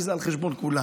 כי זה על חשבון כולנו.